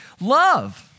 love